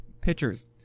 pitchers